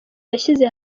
yashyize